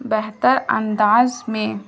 بہتر انداز میں